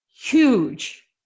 huge